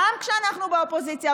גם כשאנחנו באופוזיציה,